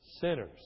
sinners